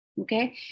okay